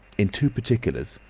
in two particulars.